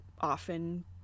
often